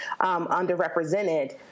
underrepresented